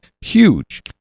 huge